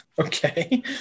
Okay